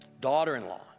daughter-in-law